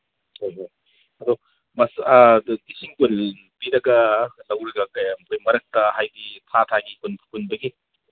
ꯍꯣꯏ ꯍꯣꯏ ꯑꯗꯣ ꯂꯤꯁꯤꯡ ꯀꯨꯟ ꯄꯤꯔꯒ ꯂꯧꯔꯒ ꯑꯩꯈꯣꯏ ꯃꯔꯛꯇ ꯍꯥꯏꯗꯤ ꯊꯥ ꯊꯥꯒꯤ ꯍꯨꯟꯕꯒꯤ